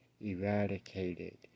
eradicated